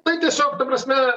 tai tiesiog ta prasme